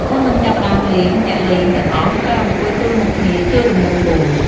មុននឹងចាប់ផ្តើមលេង អ្នកលេងទាំងអស់ត្រូវ អង្គុយទល់មុខគ្នាជារង្វង់មូល។